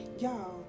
Y'all